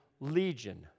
Legion